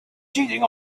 cheating